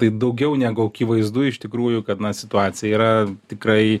tai daugiau negu akivaizdu iš tikrųjų kad na situacija yra tikrai